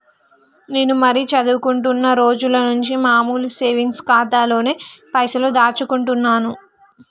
నేను మరీ చదువుకుంటున్నా రోజుల నుంచి మామూలు సేవింగ్స్ ఖాతాలోనే పైసలు దాచుకుంటున్నాను